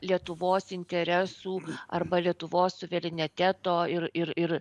lietuvos interesų arba lietuvos suvereniteto ir ir ir